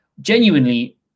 Genuinely